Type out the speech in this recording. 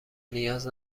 نیاز